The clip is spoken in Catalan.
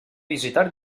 visitar